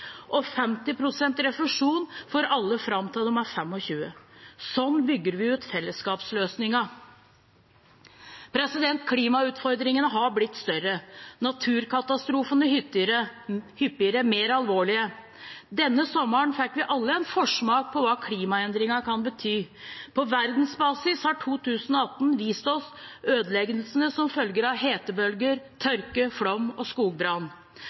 50 pst. refusjon for alle fram til de er 25. Sånn bygger vi ut fellesskapsløsningene. Klimautfordringene har blitt større og naturkatastrofene hyppigere og mer alvorlige. Denne sommeren fikk vi alle en forsmak på hva klimaendringene kan bety. På verdensbasis har 2018 vist oss ødeleggelsene som følger av hetebølger, tørke, flom og skogbrann.